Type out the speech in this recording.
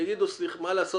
יגידו מה לעשות,